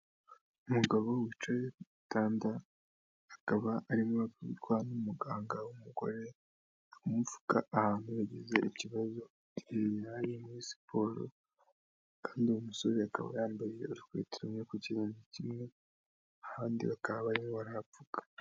Umugabo wicaye ku gitanda akaba arimo avurwa n'umuganga w'umugore ari kumupfuka ahantu yagize ikibazo igihe yari muri siporo kandi uwo musore akaba yambaye urukweto ku kirenge kimwe, ahandi bakaba barimo barahapfuka.